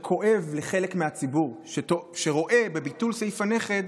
שכואב לחלק מהציבור, שרואה בביטול סעיף הנכד